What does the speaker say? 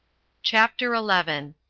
chapter eleven.